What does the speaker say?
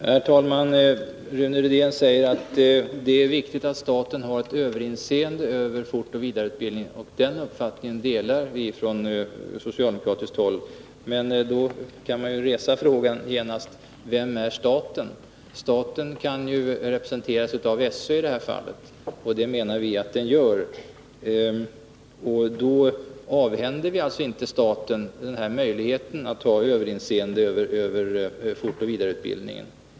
Herr talman! Rune Rydén säger att det är viktigt att staten har överinseende över fortoch vidareutbildningen. Den uppfattningen delar också vi på socialdemokratiskt håll. Men då kan man resa frågan: Vem är staten? Staten kan ju representeras av SÖ i det här fallet, och det menar vi att den gör. Då avhänder vi alltså inte staten möjligheten att ha överinseende över fortoch vidareutbildningen.